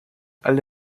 alle